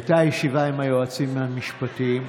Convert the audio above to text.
הייתה ישיבה עם היועצים המשפטיים.